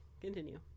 Continue